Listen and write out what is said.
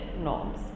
norms